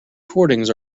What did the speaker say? recordings